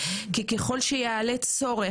כי ככול שיעלה צורך,